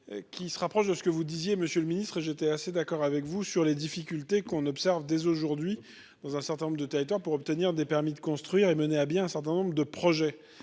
Qui se rapproche de ce que vous disiez monsieur le ministre et j'étais assez d'accord avec vous sur les difficultés qu'on observe des aujourd'hui dans un certain nombre de territoires pour obtenir des permis de construire et mener à bien un certain nombre de projets